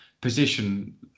position